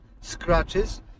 scratches